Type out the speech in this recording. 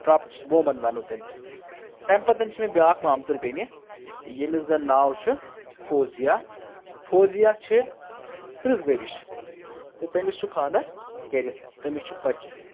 drafts ووٗمَن ونو تٔمِس تمہِ پتَن چھِ مےٚ بیاکھ مامتٕر بیٚنہِ ییٚمِس زَن ناو چھُ فوزِیا فوزِیا چھِ تٕرٛہ ؤرِش تہٕ تٔمِس چھُ خانٛدر کٔرِتھ تٔمِس چھُ بچہِ تہِ